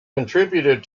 contributed